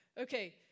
Okay